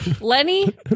Lenny